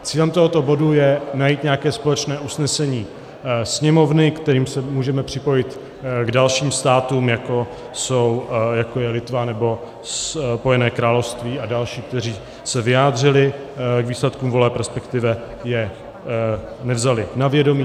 Cílem tohoto bodu je najít nějaké společné usnesení Sněmovny, kterým se můžeme připojit k dalším státům, jako je Litva nebo Spojené království a další, které se vyjádřily k výsledkům voleb, respektive je nevzaly na vědomí.